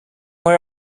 were